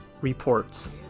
reports